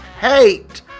hate